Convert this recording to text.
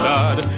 God